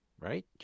right